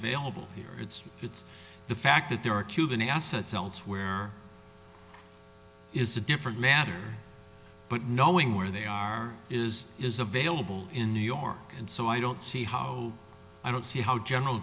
available here it's it's the fact that there are cuban assets elsewhere is a different matter but knowing where they are is is available in new york and so i don't see how i don't see how general